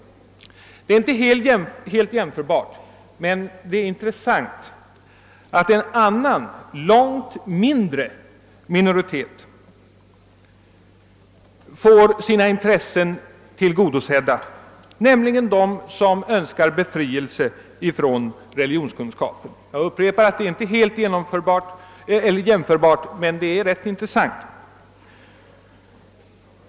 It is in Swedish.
Det är inte helt jämförbart, men det är intressant, att en annan långt mindre minoritet får sina intressen tillgodosedda, nämligen de som önskar befrielse från religionskunskapen. Jag upprepar att det inte är helt jämförbart, men rätt intressant.